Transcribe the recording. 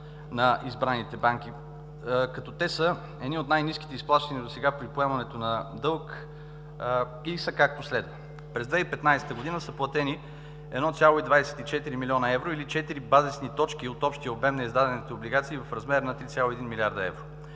на избраните банки, като те са едни от най-ниските, изплащани досега при поемането на дълг и са, както следва: - през 2015 г. са платени 1,24 млн. евро или 4 базисни точки от общия обем на издадените облигации в размер на 3,1 млрд. евро;